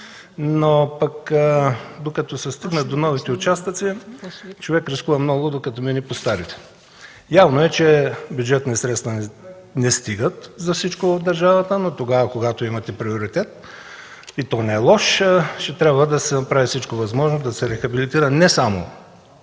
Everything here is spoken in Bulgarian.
но докато се стигне до новите участъци, човек рискува много, докато мине по старите. Явно е, че бюджетни средства не стигат за всичко в държавата, но когато имате приоритет, и то нелош, ще трябва да се направи всичко възможно, за да се рехабилитира не само